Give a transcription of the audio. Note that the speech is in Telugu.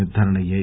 నిర్గారణ అయ్యాయి